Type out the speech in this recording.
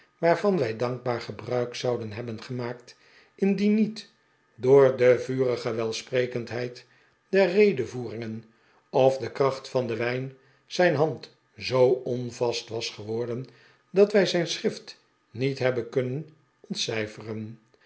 waarvan wij dankbaar gebruik zouden hebben gemaakt indien niet door de vurige welsprekendheid der redevoeringen of de kracht van den wijn zijn hand zoo on vast was geworden dat wij zijn schrift niet hebben kunnen ontcijferen